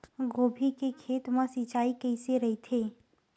गोभी के खेत मा सिंचाई कइसे रहिथे?